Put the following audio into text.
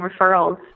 referrals